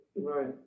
Right